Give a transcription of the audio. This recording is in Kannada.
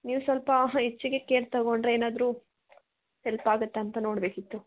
ನೀವ್ ಸ್ವಲ್ಪ ಹೆಚ್ಚಿಗೆ ಕೇರ್ ತಗೊಂಡರೆ ಏನಾದರು ಎಲ್ಪ್ ಆಗುತ್ತಂತ ನೋಡಬೇಕಿತ್ತು